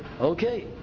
okay